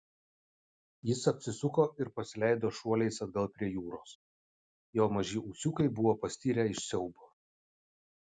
jis apsisuko ir pasileido šuoliais atgal prie jūros jo maži ūsiukai buvo pastirę iš siaubo